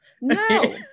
no